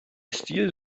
stil